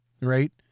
right